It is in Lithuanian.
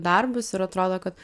darbus ir atrodo kad